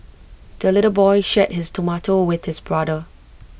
the little boy shared his tomato with his brother